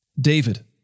David